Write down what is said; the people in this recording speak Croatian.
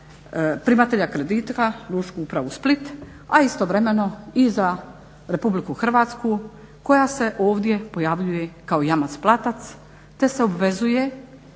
primatelja kredita Lučku upravu Split, a istovremeno i za Republiku Hrvatsku koja se ovdje pojavljuje kao jamac-platac, te se obvezuje